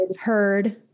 heard